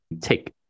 Take